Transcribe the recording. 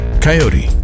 Coyote